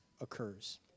occurs